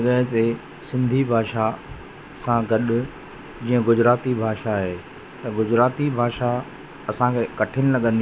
असांजी कटनीअ में साईं जन जी वरसी ॾाढी अनोखी आहे इतां परतां परतां खां माण्हू ईंदा आहिनि